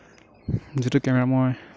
যিটো কেমেৰা মই